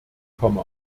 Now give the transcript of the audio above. und